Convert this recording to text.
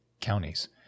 counties